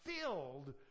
filled